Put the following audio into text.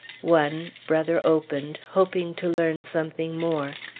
one, brother opened, hoping to learn something more.